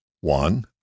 One